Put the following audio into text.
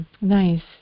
Nice